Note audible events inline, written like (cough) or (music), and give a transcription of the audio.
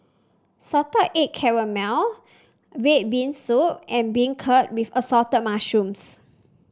Salted Egg (unintelligible) red bean soup and beancurd with Assorted Mushrooms